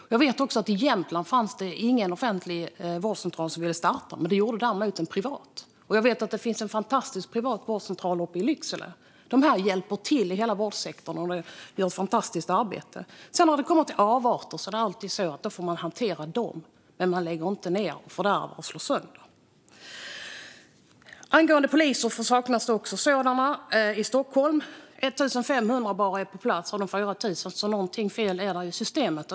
Jag vet också att det i Jämtland inte fanns någon offentlig vårdcentral som ville starta, men det ville däremot en privat. Och jag vet att det finns en fantastisk privat vårdcentral uppe i Lycksele. De här vårdcentralerna hjälper till i hela vårdsektorn och gör ett fantastiskt arbete. När det gäller avarter är det alltid så att man får hantera dem när de dyker upp, men man lägger inte ned, fördärvar och slår sönder. Angående poliser saknas det också sådana i Stockholm. Bara 1 500 är på plats av 4 000, så någonting är fel i systemet.